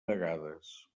vegades